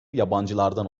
yabancılardan